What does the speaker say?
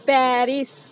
Paris